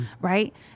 right